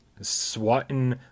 swatting